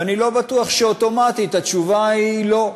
ואני לא בטוח שאוטומטית התשובה היא לא,